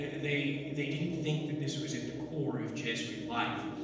they they didn't think that this was at the core of jesuit life